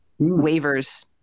waivers